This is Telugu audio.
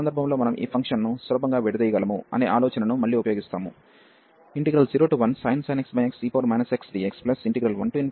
ఈ సందర్భంలో మనం ఈ ఫంక్షన్ను సులభంగా విడదీయగలము అనే ఆలోచనను మళ్ళీ ఉపయోగిస్తాము 01sin x xe x dx1sin x xe x dx ఈ ఫంక్షన్